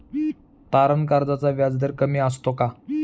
तारण कर्जाचा व्याजदर कमी असतो का?